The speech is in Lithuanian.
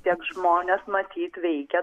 tiek žmones matys veikia